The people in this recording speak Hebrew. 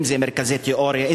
אם מרכזי תיאוריה,